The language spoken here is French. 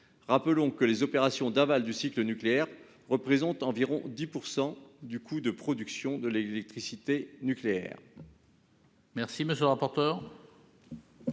Rappelons que les opérations d'aval du cycle représentent environ 10 % du coût de production de l'électricité nucléaire.